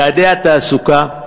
יעדי התעסוקה,